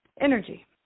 energy